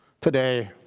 today